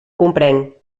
comprenc